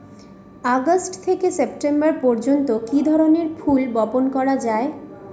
August থেকে September পর্যন্ত কি ধরনের ফুল বপন করা যায়?